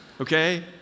okay